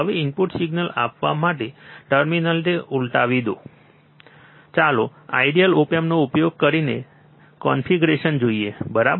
હવે input signal આપવા માટે ટર્મિનલને ઉલટાવી દેવામાં આવે છે ચાલો આઈડિઅલ ઓપ એમ્પનો ઉપયોગ કરીને કન્ફિગરેશન જોઈએ બરાબર